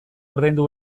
ordaindu